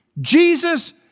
Jesus